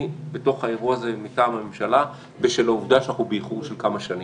אני בתוך האירוע הזה מטעם הממשלה בשל העובדה שאנחנו באיחור של כמה שנים.